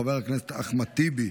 חבר הכנסת אחמד טיבי,